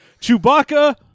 Chewbacca